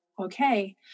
okay